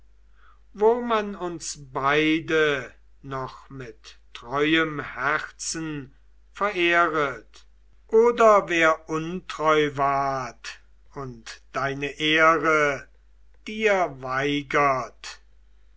wo man uns beide noch mit treuem herzen verehret oder wer untreu ward und deine ehre dir weigert